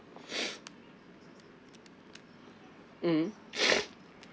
mmhmm